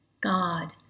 God